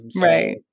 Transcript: Right